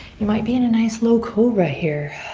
you might be in a nice low cobra here.